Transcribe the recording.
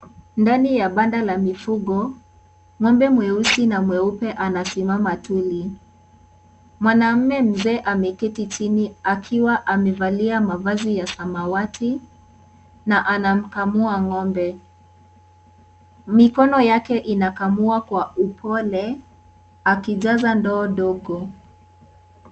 Ndani ya banda la mifugo, ng'ombe mweusi na mweupe anasimama tuli. Mwanaume mzee ameketi chini akiwa amevalia mavazi ya samawati na anamkamua ng'ombe. Mikono yake inakamua kwa upole akijaza ndoo dogo.